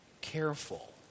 careful